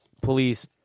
police